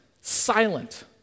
silent